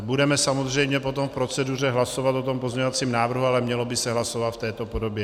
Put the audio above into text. Budeme samozřejmě potom v proceduře hlasovat o tom pozměňovacím návrhu, ale mělo by se hlasovat v této podobě.